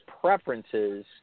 preferences